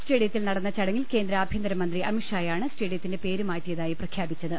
സ്റ്റേഡിയത്തിൽ നടന്ന ചടങ്ങിൽ കേന്ദ്ര ആഭ്യന്ത്രമന്ത്രി അമിത്ഷായാണ് സ്റ്റേഡിയ ത്തിന്റെ പേര് മാറ്റിയതായി പ്രഖ്യാപിച്ചത്